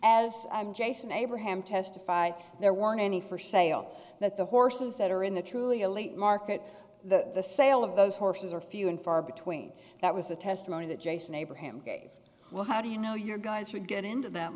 as i'm jason abraham testified there weren't any for sale that the horses that are in the truly elite market the sale of those horses are few and far between that was the testimony that jason abraham gave well how do you know your guys would get into that